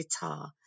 guitar